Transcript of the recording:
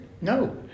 no